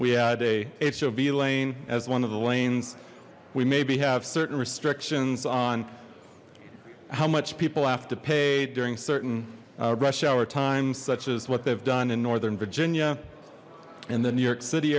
we had a hov lane as one of the lanes we maybe have certain restrictions on how much people have to pay during certain rush hour times such as what they've done in northern virginia and the new york city